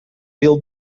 will